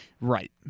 Right